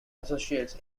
associates